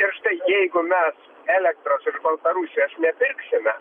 ir štai jeigu mes elektros iš baltarusijos nepirksime